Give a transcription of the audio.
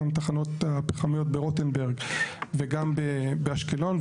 גם תחנות הפחמיות ברוטנברג וגם באשקלון.